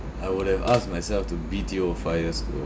I would have asked myself to B_T_O five years ago